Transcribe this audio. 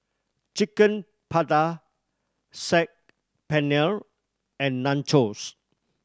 Chicken Saag Paneer and Nachos